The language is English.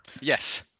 Yes